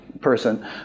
person